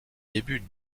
début